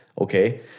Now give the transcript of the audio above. Okay